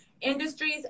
industries